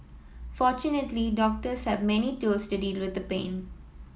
fortunately doctors have many tools to deal with pain